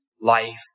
life